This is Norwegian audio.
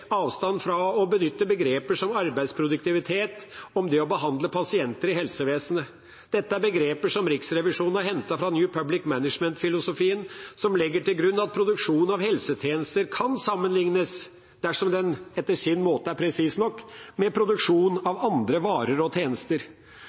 avstand fra å benytte begreper som «arbeidsproduktivitet» om det å behandle pasienter i helsevesenet. Dette er begreper som Riksrevisjonen har hentet fra New Public Management-filosofien som legger til grunn at produksjonen av helsetjenester, dersom den etter sin måte er presis nok, kan sammenliknes med produksjon